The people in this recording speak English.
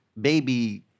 baby